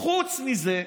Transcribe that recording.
חוץ מזה,